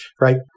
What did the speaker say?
right